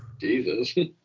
Jesus